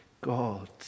God